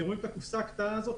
אתם רואים את הקופסה הקטנה הזאת?